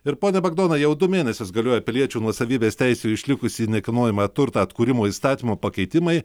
ir ponia bagdonai jau du mėnesius galioja piliečių nuosavybės teisių į išlikusį nekilnojamą turtą atkūrimo įstatymo pakeitimai